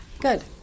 Good